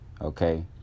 okay